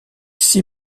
six